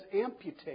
amputate